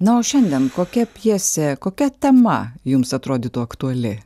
na o šiandien kokia pjesė kokia tema jums atrodytų aktuali